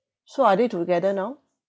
so are they together now